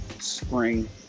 spring